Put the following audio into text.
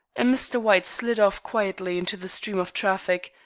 and mr. white slid off quietly into the stream of traffic,